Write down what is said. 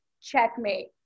checkmate